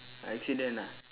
accident ah